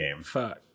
Fuck